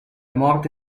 morte